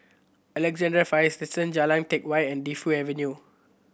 Alexandra Fire Station Jalan Teck Whye and Defu Avenue